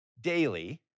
daily